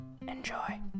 Enjoy